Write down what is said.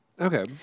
Okay